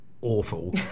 awful